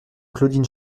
claudine